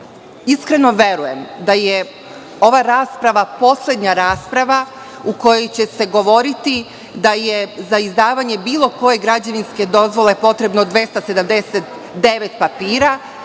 iskreno verujem da je ova rasprava poslednja rasprava u kojoj će se govoriti da je za izdavanje bilo koje građevinske dozvole potrebno 279 papira